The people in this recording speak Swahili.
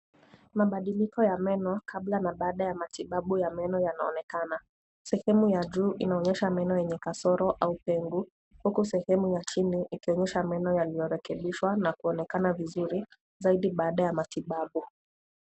Mabadiliko ya meno kabda na baada ya matibabu ya meno yanaonekana. Sehemu ya juu inaonyesha meno yenye kasoro au pengo, huku sehemu ya chini ikionyesha meno yaliyo rekebishwa na kuonekana vizuri zaidi baada ya matibabu.